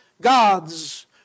God's